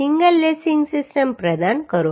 single lacing system પ્રદાન કરો